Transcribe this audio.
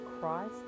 Christ